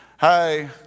Hey